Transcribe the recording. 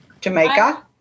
Jamaica